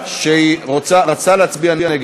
שהצבעת נגד?